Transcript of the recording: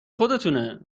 خودتونه